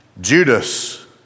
Judas